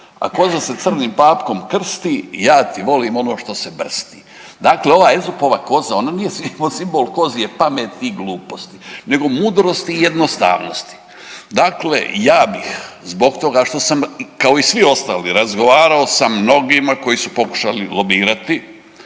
a koza se crnim papkom krsti, ja ti volim ono što se brsti. Dakle, ova Ezopova koza ona nije simbol kozje pameti i gluposti nego mudrosti i jednostavnosti. Dakle, ja bih zbog toga što sam kao i svi ostali razgovarao sa mnogima koji su pokušali lobirati,